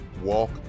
walk